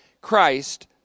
Christ